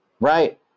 right